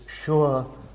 sure